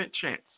chance